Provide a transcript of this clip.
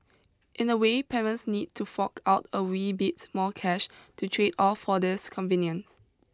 in a way parents need to fork out a wee bits more cash to trade off for this convenience